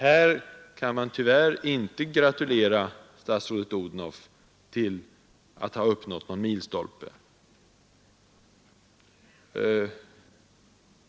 Här kan man tyvärr inte gratulera statsrådet Odhnoff till att ha uppnått någon milstolpe.